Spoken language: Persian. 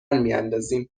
میاندازیم